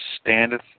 standeth